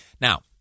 Now